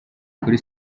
kuri